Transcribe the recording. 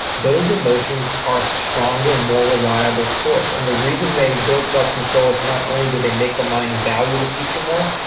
those emotions are stronger, more reliable source and the reason they build self-control is not only do they make the mind and value the future more,